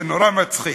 זה נורא מצחיק,